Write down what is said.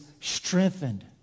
strengthened